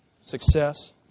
Success